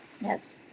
Yes